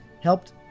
helped